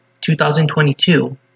2022